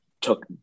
took